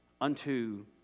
unto